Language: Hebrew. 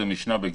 זה משנה בגיטין.